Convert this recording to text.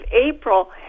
April